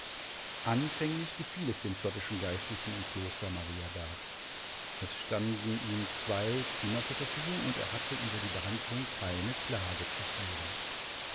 anfänglich gefiel es dem schottischen geistlichen im kloster mariaberg es standen ihm zwei zimmer zur verfügung und er hatte über die behandlung keine klage zu führen